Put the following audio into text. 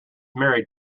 married